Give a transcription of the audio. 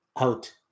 out